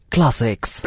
Classics